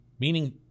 meaning